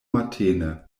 matene